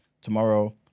tomorrow